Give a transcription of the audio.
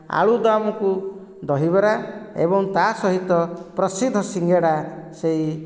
ଆଳୁଦମ କୁ ଦହିବରା ଏବଂ ତା ସହିତ ପ୍ରସିଦ୍ଧ ସିଙ୍ଗଡ଼ା ସେହି